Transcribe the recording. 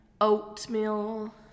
Oatmeal